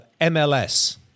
MLS